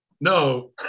No